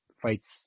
fights